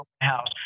house